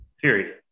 period